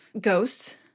ghosts